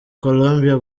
colombia